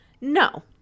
No